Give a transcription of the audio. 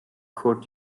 court